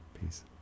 Peace